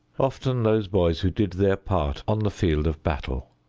often those boys who did their part on the field of battle.